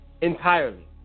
entirely